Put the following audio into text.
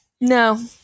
No